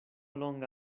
longa